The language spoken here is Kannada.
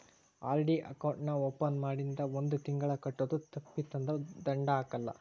ಆರ್.ಡಿ ಅಕೌಂಟ್ ನಾ ಓಪನ್ ಮಾಡಿಂದ ಒಂದ್ ತಿಂಗಳ ಕಟ್ಟೋದು ತಪ್ಪಿತಂದ್ರ ದಂಡಾ ಹಾಕಲ್ಲ